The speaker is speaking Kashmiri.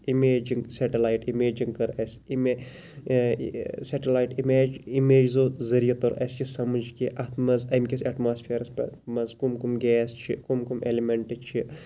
اِمیجِنٛگ سیٚٹَلایِٹ اِمیجِنٛگ کٔر اَسہِ سیٚٹَلایِٹ اِمیج اِمیجزو ذٔریعہٕ توٚر اَسہِ یہِ سمجھ کہِ اتھ مَنٛز امہِ کِس ایٚٹماسفیرَس مَنٛز کُم کُم گیس چھِ کُم کُم ایٚلِمنٹ چھِ